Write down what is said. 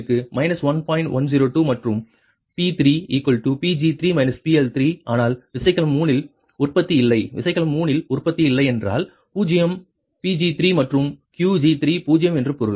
மற்றும் P3 Pg3 PL3 ஆனால் விசைக்கலம் 3 இல் உற்பத்தி இல்லை விசைக்கலம் 3 இல் உற்பத்தி இல்லை என்றால் பூஜ்யம் Pg3 மற்றும் Qg3 பூஜ்ஜியம் என்று பொருள்